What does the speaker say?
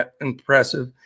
impressive